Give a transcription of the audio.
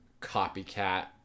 copycat